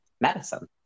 Medicine